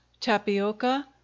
tapioca